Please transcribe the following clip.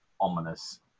ominous